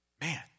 man